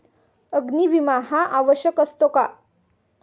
अग्नी विमा हा आवश्यक असतो का?